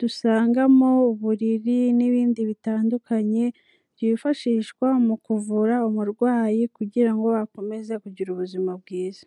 dusangamo uburiri, n'ibindi bitandukanye byifashishwa mu kuvura umurwayi kugira ngo akomeze kugira ubuzima bwiza.